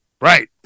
Right